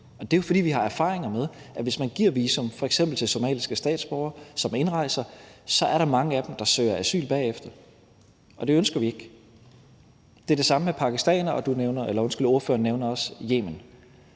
det er jo, fordi vi har erfaringer med, at hvis man giver visum, f.eks. til somaliske statsborgere, som indrejser, er der mange af dem, der søger asyl bagefter, og det ønsker vi ikke. Det er det samme med pakistanere, og spørgeren nævner også Yemen.